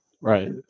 Right